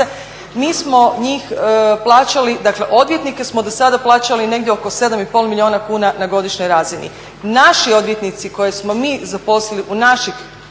mi smo njih plaćali dakle odvjetnike smo do sada plaćali negdje oko 7,5 milijuna kuna na godišnjoj razini. Naši odvjetnici koje smo mi zaposlili u naših